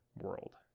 world